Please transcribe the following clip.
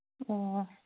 ꯑꯣ